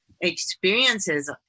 experiences